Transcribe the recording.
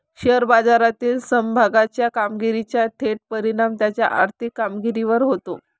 share बाजारातील समभागाच्या कामगिरीचा थेट परिणाम त्याच्या आर्थिक कामगिरीवर होतो